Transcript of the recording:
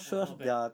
!wah! not bad